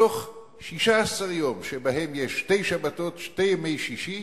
בתוך 16 יום, שיש בהם שתי שבתות, שני ימי שישי,